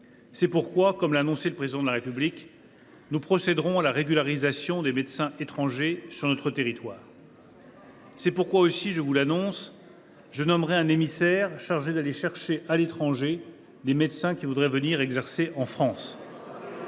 C’est pourquoi, comme l’a annoncé le Président de la République, nous procéderons à la régularisation des médecins étrangers sur notre territoire. « C’est aussi pourquoi, je vous l’annonce, je nommerai un émissaire chargé d’aller chercher à l’étranger des médecins qui voudraient venir exercer en France.